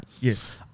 yes